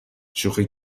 شوخی